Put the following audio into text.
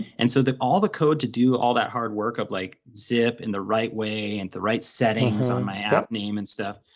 and so all the codes to do all that hard work of like zip in the right way and the right settings on my app name and stuff,